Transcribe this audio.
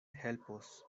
helpos